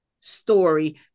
story